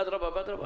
אדרבא ואדרבא,